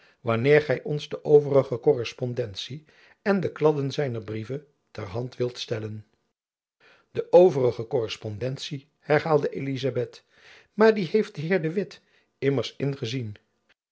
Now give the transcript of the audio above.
wanneer gy ons de overige korrespondentie en de kladden zijner brieven ter hand wilt stellen de overige korrespondentie herhaalde elizabeth maar die heeft de heer de witt immers gezien